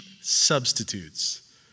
substitutes